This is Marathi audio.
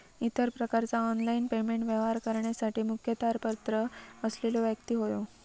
इतर प्रकारचा ऑनलाइन पेमेंट व्यवहार करण्यासाठी मुखत्यारपत्र असलेलो व्यक्ती होवो